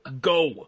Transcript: Go